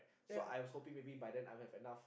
so I was hoping maybe by then I would have enough